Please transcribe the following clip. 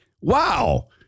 Wow